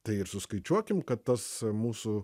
tai ir suskaičiuokim kad tas mūsų